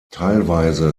teilweise